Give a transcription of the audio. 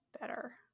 better